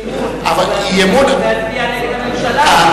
אבל זה אי-אמון, להצביע נגד הממשלה.